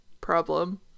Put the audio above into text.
problem